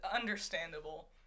understandable